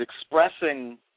expressing